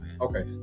Okay